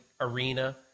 arena